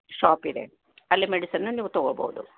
shop ಇದೆ ಅಲ್ಲಿ ಮೆಡಿಸನನ್ನ ನೀವು ತೊಗೊಬೋದು